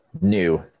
new